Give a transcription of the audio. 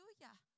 Hallelujah